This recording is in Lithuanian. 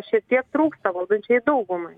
šiek tiek trūksta valdančiai daugumai